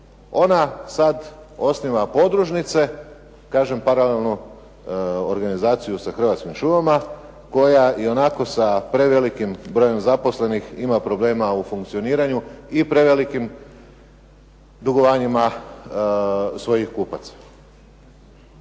ona sad osniva podružnice kažem paralelno organizaciju sa Hrvatskim šumama koja ionako sa prevelikim brojem zaposlenih ima problema u funkcioniranju i prevelikim dugovanjima svojih kupaca.